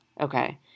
Okay